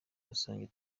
rusange